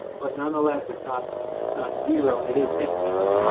but nonetheless, it's not it's not zero, and it is interesting.